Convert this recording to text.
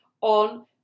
on